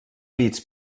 bits